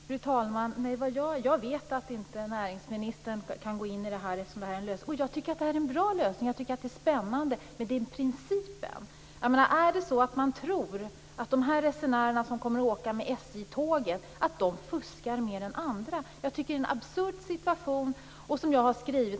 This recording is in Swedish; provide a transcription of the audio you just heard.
Fru talman! Jag vet att näringsministern inte kan gå in. Jag tycker att det här är en bra och spännande lösning, men det är fråga om principen. Är det så att man tror att de resenärer som kommer att åka med SJ tåget fuskar mer än andra? Det är en absurd situation.